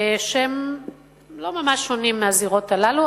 שהם לא ממש שונים מהזירות הללו.